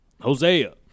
Hosea